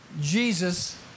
Jesus